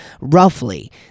roughly